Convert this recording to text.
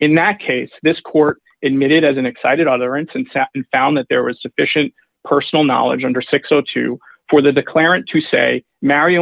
in that case this court admitted as an excited utterance and sat and found that there was sufficient personal knowledge under six o two for the declarant to say mary